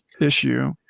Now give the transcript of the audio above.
issue